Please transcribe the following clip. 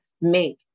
make